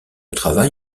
travail